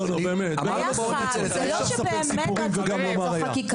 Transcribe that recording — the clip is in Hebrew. לא צריך לספר סיפורים ואז לומר שהייתה הפסקה.